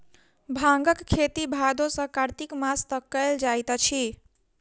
भांगक खेती भादो सॅ कार्तिक मास तक कयल जाइत अछि